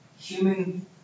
human